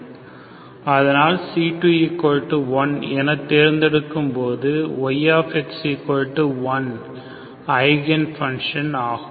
அதனால் c21 என தேர்ந்தெடுக்கும்போது yx1ஐகன் ஃபங்ஷன் ஆகும்